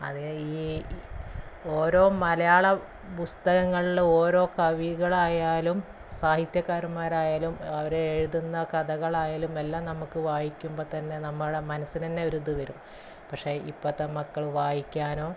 അത് ഈ ഓരോ മലയാളം പുസ്തകങ്ങളിൽ ഓരോ കവികളായാലും സാഹിത്യകാരന്മാരായാലും അവർ എഴുതുന്ന കഥകളായാലും എല്ലാം നമുക്ക് വായിക്കുമ്പോൾ തന്നെ നമ്മുടെ മനസിന് തന്നെ ഒരു ഇത് വരും പക്ഷേ ഇപ്പോഴത്തെ മക്കൾ വായിക്കാനോ